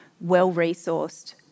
well-resourced